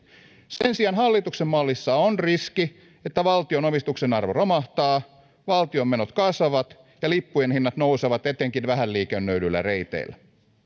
sen sijaan hallituksen mallissa on riski että valtion omistuksen arvo romahtaa valtion menot kasvavat ja lippujen hinnat nousevat etenkin vähän liikennöidyillä reiteillä